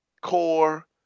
core